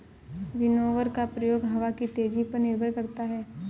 winnower का प्रयोग हवा की तेजी पर निर्भर करता है